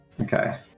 Okay